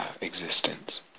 existence